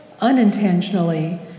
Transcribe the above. Unintentionally